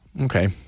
Okay